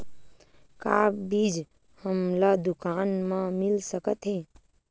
का बीज हमला दुकान म मिल सकत हे?